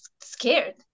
scared